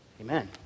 amen